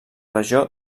regió